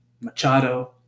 Machado